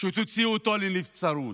שתוציא אותו לנבצרות,